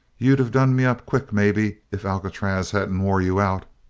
you'd of done me up quick, maybe, if alcatraz hadn't wore you out?